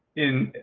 in